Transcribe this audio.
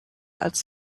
als